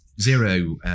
Zero